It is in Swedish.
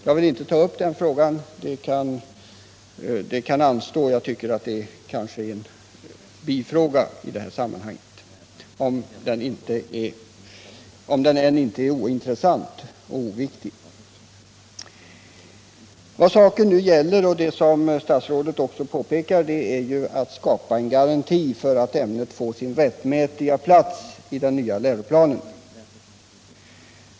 Jag vill inte - Om undervisningen ta upp den frågan. Det kan anstå; jag tycker att det är en bifråga i sam = i religionskunskap i manhanget, även om den inte är ointressant och oviktig. grundskolan Vad saken nu gäller är, som statsrådet också påpekar, att skapa en garanti för att ämnet får sin rättmätiga plats i den nya läroplanen.